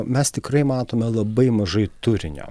mes tikrai matome labai mažai turinio